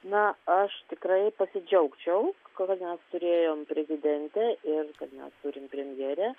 na aš tikrai pasidžiaugčiau kad mes turėjom prezidentę ir kad mes turim premjerę